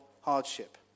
hardship